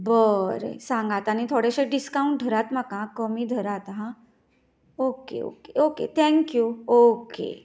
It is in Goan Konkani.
बरें सांगात आनी थोडेंशें डिसकावंट धरात म्हाका कमी धरात हां ओके ओके थँक्यू ओके